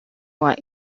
were